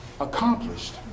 accomplished